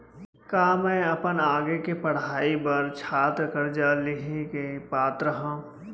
का मै अपन आगे के पढ़ाई बर छात्र कर्जा लिहे के पात्र हव?